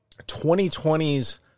2020's